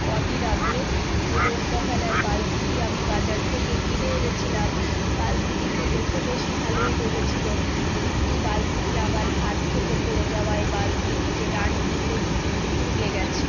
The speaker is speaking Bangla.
কদিন আগে যে নোংরা ফেলার বালতিটি আমি বাজার থেকে কিনে এনেছিলাম বালতিটি তো দেখে বেশ ভালোই লেগেছিল কিন্তু বালতিটি আমার হাত থেকে পড়ে যাওয়ায় বালতির যে ডাণ্ডি সেটি কিন্তু ভেঙে গেছে